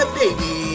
baby